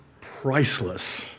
priceless